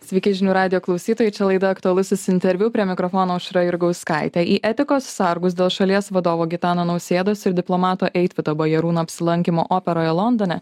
sveiki žinių radijo klausytojai čia laida aktualusis interviu prie mikrofono aušra jurgauskaitė į etikos sargus dėl šalies vadovo gitano nausėdos ir diplomato eitvydo bajarūno apsilankymo operoje londone